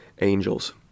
angels